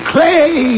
Clay